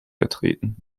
vertreten